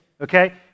okay